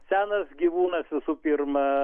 senas gyvūnas visų pirma